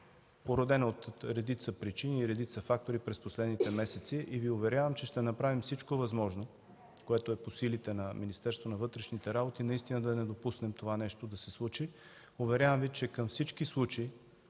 породена от редица причини, от редица фактори през последните месеци. Уверявам Ви, че ще направим всичко възможно, което е по силите на Министерството на вътрешните работи, наистина да не допуснем това нещо да се случи. Уверявам Ви, че към всички такива